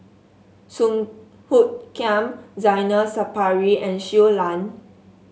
Song Hoot Kiam Zainal Sapari and Shui Lan